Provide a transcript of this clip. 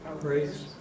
Praise